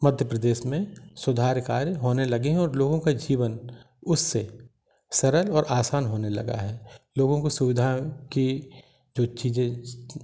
मध्य प्रदेश में सुधार कार्य होने लगे हैं और लोगों का जीवन उससे सरल और आसान होने लगा है लोगों को सुविधा की जो चीज़ें